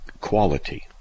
quality